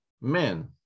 men